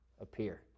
appear